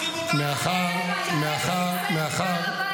ואחד אמר משהו אחר, זו הסיבה שהם רוצחים אותנו?